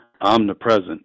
Omnipresent